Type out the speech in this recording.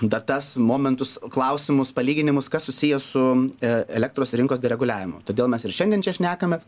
datas momentus klausimus palyginimus kas susiję su elektros rinkos dereguliavimu todėl mes ir šiandien čia šnekamės